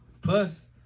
plus